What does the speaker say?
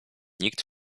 nikt